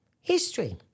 history